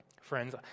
Friends